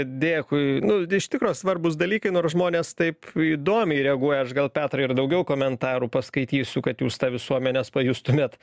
dėkui nu iš tikro svarbūs dalykai nors žmonės taip įdomiai reaguoja aš gal petrai ir daugiau komentarų paskaitysiu kad jūs tą visuomenės pajustumėt